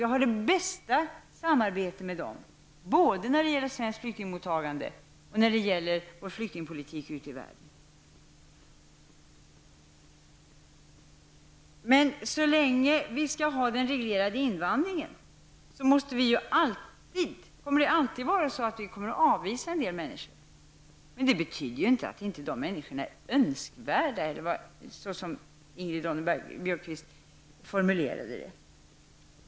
Jag har det bästa samarbete med flyktingkommissariatet, både när det gäller svenskt flyktingmottagande och när det gäller vår flyktingpolitik ute i världen. Men så länge vi skall ha den reglerade invandringen kommer vi alltid att avvisa en del människor. Men det betyder inte att de människorna inte är önskvärda, såsom Ingrid Ronne-Björkqvist formulerade det.